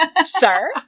sir